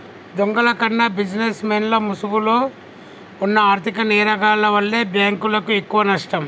దొంగల కన్నా బిజినెస్ మెన్ల ముసుగులో వున్న ఆర్ధిక నేరగాల్ల వల్లే బ్యేంకులకు ఎక్కువనష్టం